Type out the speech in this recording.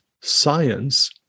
science